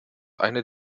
eine